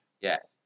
Yes